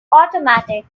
automatic